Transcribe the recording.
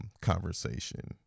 conversation